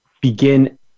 begin